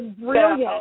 brilliant